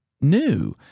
new